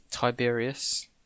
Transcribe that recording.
Tiberius